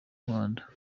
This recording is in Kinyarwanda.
muhanda